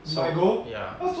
so ya